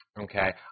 Okay